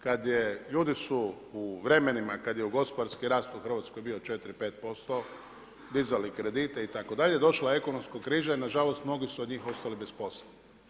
Kada su ljudi u vremenima kada je gospodarski rast u Hrvatskoj bio 4, 5% dizali kredite itd. došla ekonomska kriza i na žalost mnogi su od njih ostali bez posla.